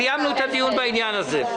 סיימנו את הדיון בעניין הזה.